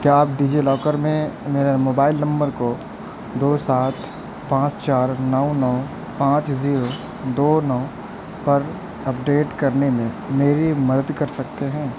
کیا آپ DigiLocker میں میرے موبائل نمبر کو دو سات پانچ چار نو نو پانچ زیرو دو نو پر اپ ڈیٹ کرنے میں میری مدد کر سکتے ہیں